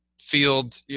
field